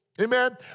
amen